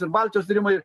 ir baltijos tyrimai